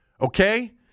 okay